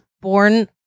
born